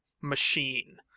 machine